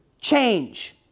Change